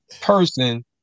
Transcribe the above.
person